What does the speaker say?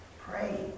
Pray